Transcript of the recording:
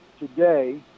today